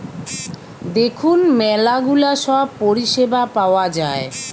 দেখুন ম্যালা গুলা সব পরিষেবা পাওয়া যায়